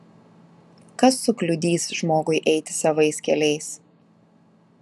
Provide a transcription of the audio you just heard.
kas sukliudys žmogui eiti savais keliais